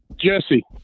Jesse